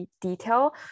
detail